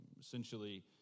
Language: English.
Essentially